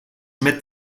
mit